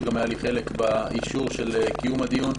גם היה לי חלק באישור של קיום הדיון.